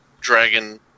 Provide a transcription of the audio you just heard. Dragon